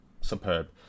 superb